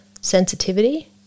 sensitivity